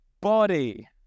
body